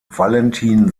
valentin